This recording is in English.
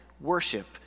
worship